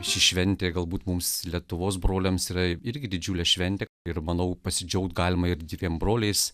ši šventė galbūt mums lietuvos broliams yra irgi didžiulė šventė ir manau pasidžiaugti galima ir dviem broliais